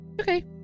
Okay